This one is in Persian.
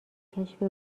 کشف